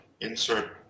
Insert